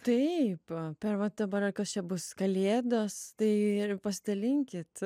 taip per va dabar kas čia bus kalėdos tai ir pasidalinkit